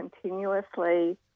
continuously